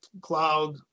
cloud